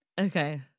okay